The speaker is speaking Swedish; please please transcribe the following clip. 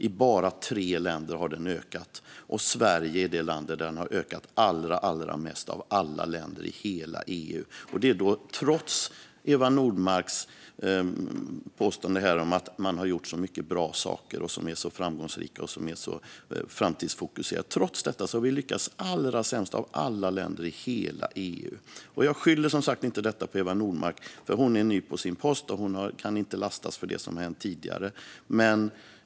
I bara tre länder har den ökat, och Sverige är det land där den har ökat allra mest av alla länder i hela EU. Detta har skett trots Eva Nordmarks påstående om att man har gjort så mycket saker som är så bra, så framgångsrika och så framtidsfokuserade. Ändå har vi lyckats allra sämst av alla länder i hela EU. Jag skyller som sagt inte detta på Eva Nordmark, för hon är ny på sin post och kan inte lastas för det som har hänt tidigare.